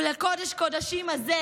ולקודש-קודשים הזה,